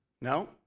No